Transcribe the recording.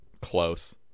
close